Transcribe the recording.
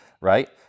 right